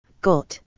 Got